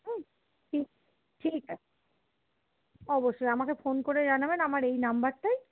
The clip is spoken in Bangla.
হুম হুম ঠিক আছে অবশ্যই আমাকে ফোন করে জানাবেন আমার এই নম্বরটায়